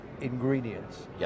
ingredients